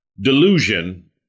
delusion